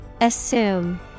Assume